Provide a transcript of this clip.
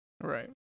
Right